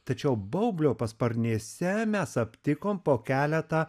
tačiau baublio pasparnėse mes aptikom po keletą